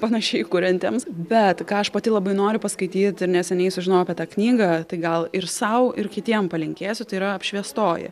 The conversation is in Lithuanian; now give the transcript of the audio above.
panašiai kuriantiems bet ką aš pati labai noriu paskaityt ir neseniai sužinojau apie tą knygą tai gal ir sau ir kitiem palinkėsiu tai yra apšviestoji